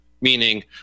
meaning